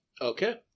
okay